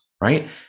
right